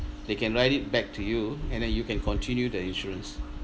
they can write it back to you and then you can continue the insurance